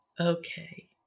okay